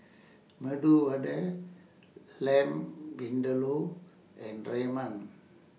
Medu Vada Lamb Vindaloo and Ramen